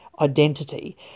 identity